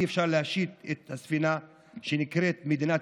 אי-אפשר להשיט את הספינה שנקראת מדינת